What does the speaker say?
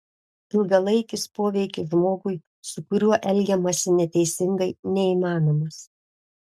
ilgalaikis poveikis žmogui su kuriuo elgiamasi neteisingai neįmanomas